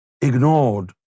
ignored